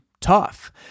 tough